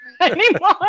anymore